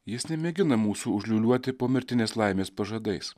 jis nemėgina mūsų užliūliuoti pomirtinės laimės pažadais